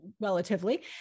relatively